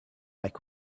like